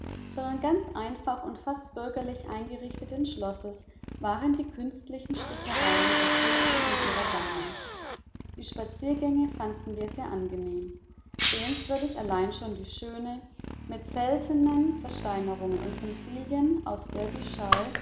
sondern ganz einfach und fast bürgerlich eingerichteten schlosses waren die künstlichen stickereien der fürstin und ihrer damen die spaziergänge fanden wir sehr angenehm sehenswürdig allein eine schöne mit seltenen versteinerungen und fossilien aus derbyshire